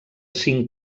cinc